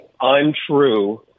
untrue